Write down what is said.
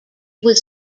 was